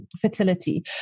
fertility